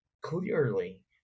clearly